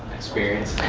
experience.